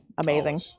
amazing